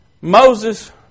Moses